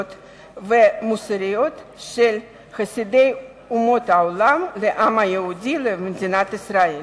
והמוסרית של חסידי אומות העולם לעם היהודי ולמדינת ישראל.